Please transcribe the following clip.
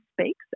speaks